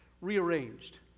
rearranged